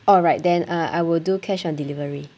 alright then uh I will do cash on delivery